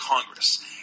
Congress